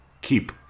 Keep